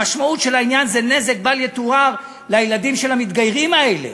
המשמעות של העניין זה נזק בל-יתואר לילדים של המתגיירים האלה,